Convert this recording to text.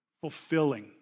fulfilling